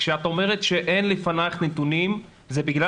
כשאת אומרת שאין לפנייך נתונים זה בגלל